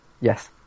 yes